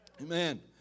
Amen